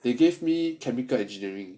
they gave me chemical engineering